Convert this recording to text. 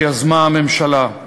שיזמה הממשלה.